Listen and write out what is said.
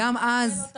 גם זה לא תמיד.